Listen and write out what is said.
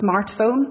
smartphone